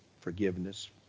forgiveness